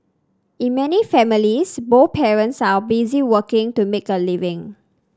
in many families both parents are busy working to make a living